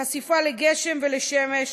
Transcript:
בחשיפה לגשם ולשמש,